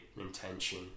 intention